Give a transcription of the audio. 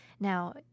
Now